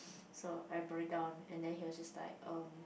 so I break down and then he was just like oh